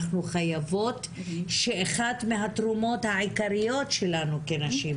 אנחנו חייבות שאחד מהתרומות העיקריות שלנו כנשים,